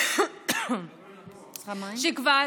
שכבר